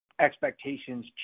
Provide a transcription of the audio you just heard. expectations